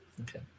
Okay